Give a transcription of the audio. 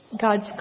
God's